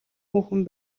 хүүхэн